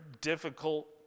difficult